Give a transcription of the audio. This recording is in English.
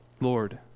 Lord